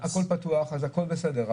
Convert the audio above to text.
אז אם הכול פתוח אז הכול בסדר.